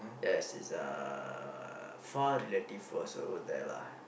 yes his uh far relative was over there lah